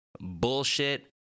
Bullshit